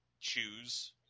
choose